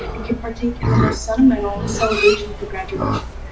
and can partake in the most sentimental celebration for graduation.